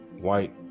white